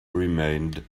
remained